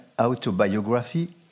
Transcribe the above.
autobiography